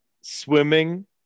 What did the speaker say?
swimming